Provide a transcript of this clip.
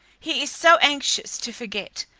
he is so anxious to forget,